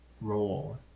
Roll